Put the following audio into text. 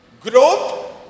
Growth